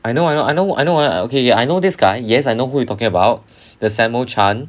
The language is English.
I know I know I know I know ah okay ya I know this guy ya I know who you talking about the samuel chan